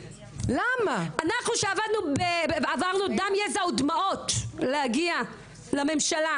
אנחנו שעברנו דם יזע ודמעות להגיע לממשלה,